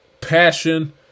passion